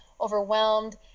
overwhelmed